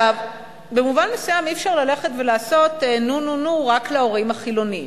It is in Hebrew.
במובן מסוים אי-אפשר ללכת ולעשות נו-נו-נו רק להורים החילונים,